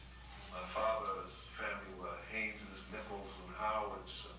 ah father's family were haines's, nichols and howards.